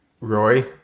Roy